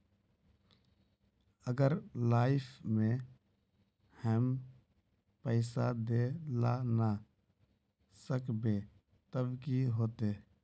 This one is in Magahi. अगर लाइफ में हैम पैसा दे ला ना सकबे तब की होते?